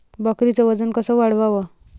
बकरीचं वजन कस वाढवाव?